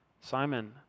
Simon